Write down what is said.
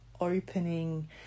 opening